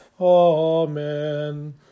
Amen